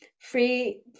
free